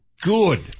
Good